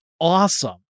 awesome